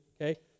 okay